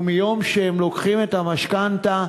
ומיום שהם לוקחים את המשכנתה,